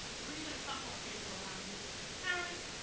or even a couple of people around you parents,